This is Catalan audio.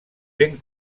ben